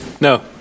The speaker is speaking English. No